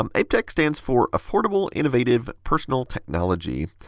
um aiptek stands for affordable, innovative, personal, technology.